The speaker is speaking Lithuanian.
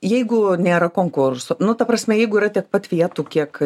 jeigu nėra konkurso nu ta prasme jeigu yra tiek pat vietų kiek